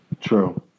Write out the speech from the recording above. true